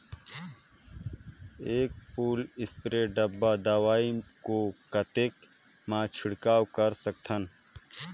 एक full spray डब्बा दवाई को कतेक म छिड़काव कर सकथन?